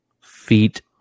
feet